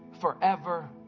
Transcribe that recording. forever